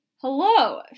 Hello